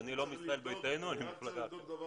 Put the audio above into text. אני צריך לבדוק.